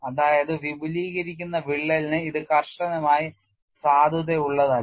അതായത് വിപുലീകരിക്കുന്ന വിള്ളലിന് ഇത് കർശനമായി സാധുതയുള്ളതല്ല